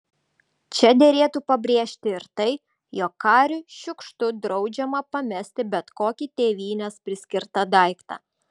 čia derėtų pabrėžti ir tai jog kariui šiukštu draudžiama pamesti bet kokį tėvynės priskirtą daiktą